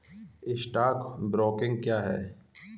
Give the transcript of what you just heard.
Stock broking क्या है?